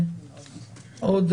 היו עוד